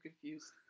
confused